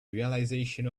realization